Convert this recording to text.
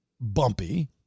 bumpy